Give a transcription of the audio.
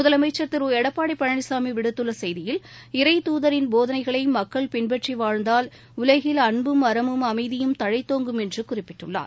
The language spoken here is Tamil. முதலமைச்சர் திருடப்பாடிபழனிசாமிவிடுத்துள்ளசெய்தியில் தூதரின் போதனைகளைமக்கள் பின்பற்றிவாழ்ந்தால் உலகில் அன்பும் அறமும் அமைதியும் இறை தழைத்தோங்கும் என்றுகுறிப்பிட்டுள்ளார்